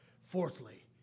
Fourthly